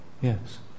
yes